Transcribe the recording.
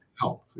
help